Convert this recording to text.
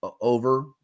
over